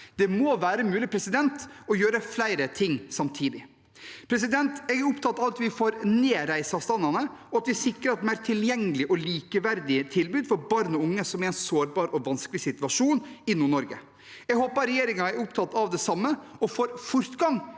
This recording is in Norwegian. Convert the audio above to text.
Det må være mulig å gjøre flere ting samtidig. Jeg er opptatt av at vi får ned reiseavstandene, og at vi sikrer et mer tilgjengelig og likeverdig tilbud for barn og unge som er i en sårbar og vanskelig situasjon i NordNorge. Jeg håper regjeringen er opptatt av det samme og får fortgang